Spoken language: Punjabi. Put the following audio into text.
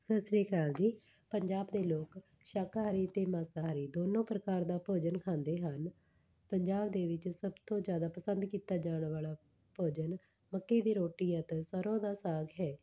ਸਤਿ ਸ਼੍ਰੀ ਅਕਾਲ ਜੀ ਪੰਜਾਬ ਦੇ ਲੋਕ ਸ਼ਾਕਾਹਾਰੀ ਅਤੇ ਮਾਸਾਹਾਰੀ ਦੋਨੋਂ ਪ੍ਰਕਾਰ ਦਾ ਭੋਜਨ ਖਾਂਦੇ ਹਨ ਪੰਜਾਬ ਦੇ ਵਿੱਚ ਸਭ ਤੋਂ ਜ਼ਿਆਦਾ ਪਸੰਦ ਕੀਤਾ ਜਾਣ ਵਾਲਾ ਭੋਜਨ ਮੱਕੀ ਦੀ ਰੋਟੀ ਅਤੇ ਸਰ੍ਹੋਂ ਦਾ ਸਾਗ ਹੈ